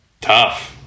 tough